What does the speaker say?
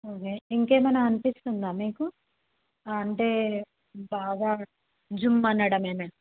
okay ఇంకా ఏమన్న అనిపిస్తుందా మీకు అంటే బాగా జుమ్ అనడం